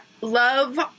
love